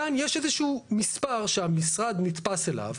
כאן יש איזה שהוא מספר שהמשרד נתפס אליו.